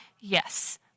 yes